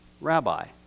rabbi